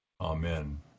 Amen